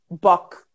buck